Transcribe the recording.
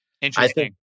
Interesting